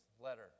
letter